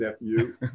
nephew